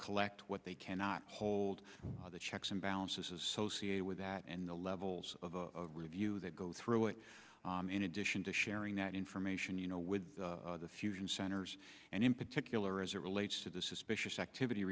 collect what they cannot hold the checks and balances associated with that and the levels of review that go through it in addition to sharing that information you know with the fusion centers and in particular as it relates to the suspicious activity